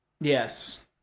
Yes